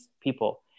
people